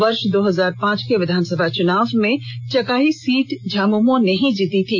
वर्ष दो हजार पांच के विधानसभा चुनाव में चकाई सीट झामुमो ने जीती थी